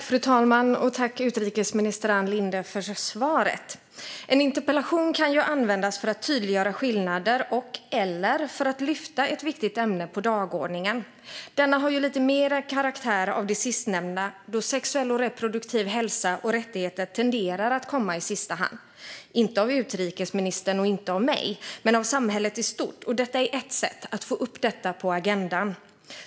Fru talman! Jag tackar utrikesminister Ann Linde för svaret. En interpellation kan ju användas för att tydliggöra skillnader och/eller för att lyfta ett viktigt ämne på dagordningen. Denna har lite mer karaktär av det sistnämnda, då sexuell och reproduktiv hälsa och rättigheter tenderar att komma i sista hand - inte för utrikesministern och mig, men i samhället i stort. Detta är ett sätt att få upp det på agendan.